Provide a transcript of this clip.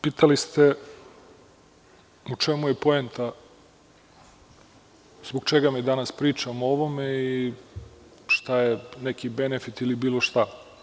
Pitali ste u čemu je poenta, zbog čega mi danas pričamo o ovome i šta je neki benefit ili bilo šta?